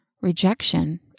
Rejection